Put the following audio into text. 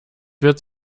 wird